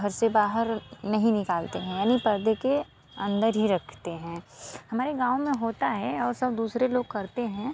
घर से बाहर नहीं निकलते हैं यानि परदे के अंदर ही रखते हैं हमारे गाँव में होता है और सब दूसरे लोग करते हैं